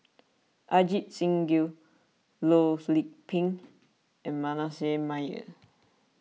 Ajit Singh Gill Loh Lik Peng and Manasseh Meyer